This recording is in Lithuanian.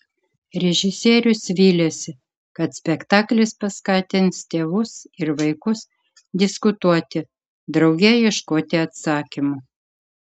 režisierius viliasi kad spektaklis paskatins tėvus ir vaikus diskutuoti drauge ieškoti atsakymų